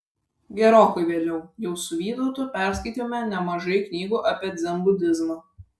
gerokai vėliau jau su vytautu perskaitėme nemažai knygų apie dzenbudizmą